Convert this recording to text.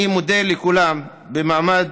אני מודה לכולם במעמד